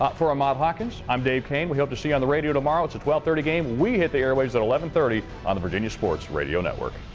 ah for ahmad hawkins, i'm dave koehn. we hope to see you on the radio tomorrow. it's a twelve thirty game. we hit the airwaves at eleven thirty on the virginia sports radio network.